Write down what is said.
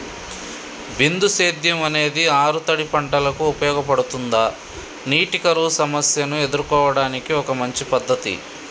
బిందు సేద్యం అనేది ఆరుతడి పంటలకు ఉపయోగపడుతుందా నీటి కరువు సమస్యను ఎదుర్కోవడానికి ఒక మంచి పద్ధతి?